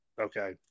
Okay